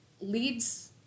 leads